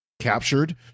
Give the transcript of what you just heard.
captured